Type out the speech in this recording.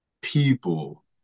people